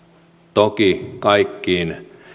toki kaikkiin